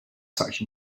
such